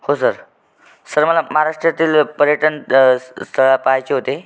हो sir sir मला महाराष्ट्रातील पर्यटन स स्थळं पहायचे होते